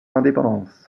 indépendance